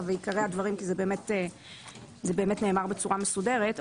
ועיקרי הדברים כי זה באמת זה באמת נאמר בצורה מסודרת.